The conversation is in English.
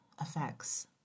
effects